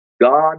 God